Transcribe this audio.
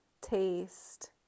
taste